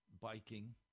biking